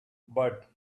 but